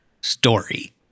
story